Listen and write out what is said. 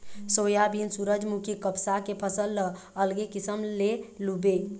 soybean, सूरजमूखी, कपसा के फसल ल अलगे किसम ले लूबे